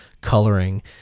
coloring